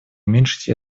уменьшить